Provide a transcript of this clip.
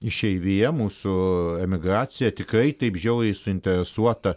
išeivija mūsų emigracija tikrai taip žiauriai suinteresuota